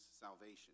salvation